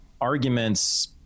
arguments